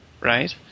right